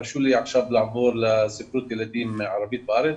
תרשו לי עכשיו לעבור לספרות ילדים ערבית בארץ.